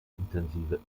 intensive